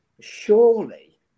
surely